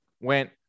went